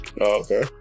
Okay